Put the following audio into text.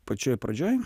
pačioj pradžioj